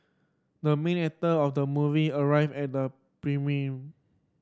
the main actor of the movie arrived at the premiere